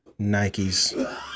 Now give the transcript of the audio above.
Nikes